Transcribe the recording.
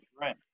Right